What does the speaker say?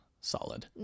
Solid